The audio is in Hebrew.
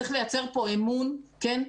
צריך לייצר פה אמון, כן?